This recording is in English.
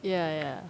ya ya